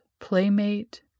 playmate